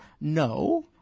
No